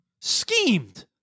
Schemed